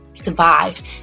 Survived